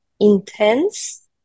intense